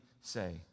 say